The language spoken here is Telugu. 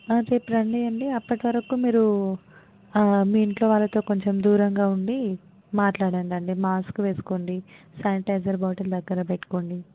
రేపు రండి అండి అప్పటివరకు మీరు మీ ఇంట్లో వాళ్ళతో కొంచెం దూరంగా ఉండి మాట్లాడండండి మాస్క్ వేసుకోండి శానిటైజర్ బాటిల్ దగ్గర పెట్టుకోండి